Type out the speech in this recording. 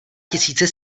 tisíce